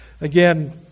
Again